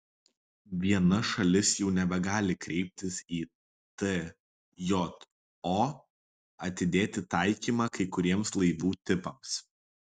viena šalis jau nebegali kreiptis į tjo atidėti taikymą kai kuriems laivų tipams